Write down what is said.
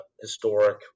historic